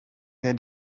they